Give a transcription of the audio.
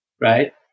right